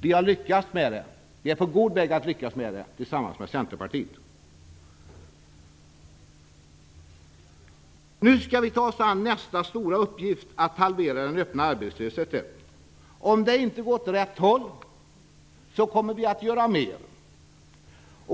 Nu är vi på god väg att lyckas med det tillsammans med Centerpartiet. Nu skall vi ta oss an nästa stora uppgift: att halvera den öppna arbetslösheten. Om det inte går åt rätt håll kommer vi att göra mer.